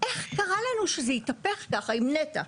איך קרה לנו שזה התהפך ככה עם נת"ע?